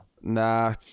Nah